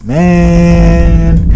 Man